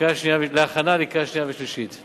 להכנה לקריאה שנייה ושלישית.